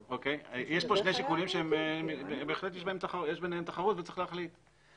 כאן שני שיקולים שבהחלט יש ביניהם תחרות וצריך להחליט.